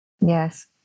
Yes